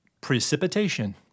precipitation